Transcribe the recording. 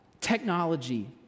technology